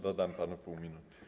Dodam panu pół minuty.